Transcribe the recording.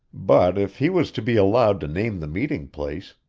but if he was to be allowed to name the meeting place,